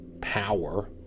power